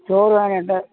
ചോറു വേണം ഉണ്ട്